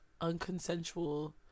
unconsensual